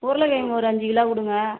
உருளக்கிழங்கு ஒரு அஞ்சு கிலோ கொடுங்க